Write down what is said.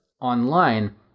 online